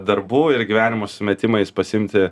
darbų ir gyvenimo sumetimais pasiimti